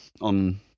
on